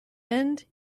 end